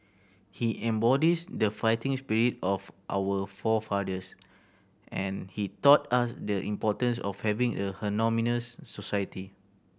he embodies the fighting spirit of our forefathers and he taught us the importance of having a harmonious society